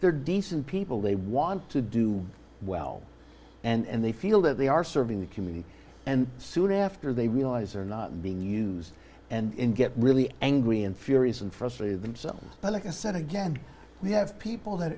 they're decent people they want to do well and they feel that they are serving the community and soon after they realize are not being used and get really angry and furious and frustrated and so but like i said again we have people that